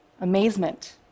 amazement